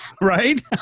Right